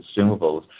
consumables